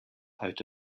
out